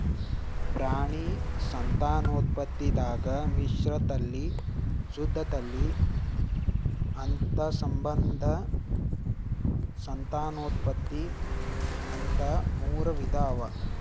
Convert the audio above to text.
ಪ್ರಾಣಿ ಸಂತಾನೋತ್ಪತ್ತಿದಾಗ್ ಮಿಶ್ರತಳಿ, ಶುದ್ಧ ತಳಿ, ಅಂತಸ್ಸಂಬಂಧ ಸಂತಾನೋತ್ಪತ್ತಿ ಅಂತಾ ಮೂರ್ ವಿಧಾ ಅವಾ